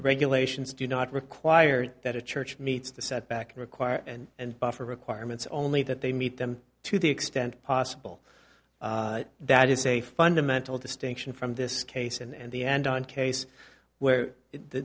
regulations do not require that a church meets the setback and require and and buffer requirements only that they meet them to the extent possible that is a fundamental distinction from this case and the end on case where th